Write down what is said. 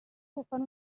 bufant